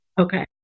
okay